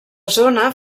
zona